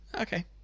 Okay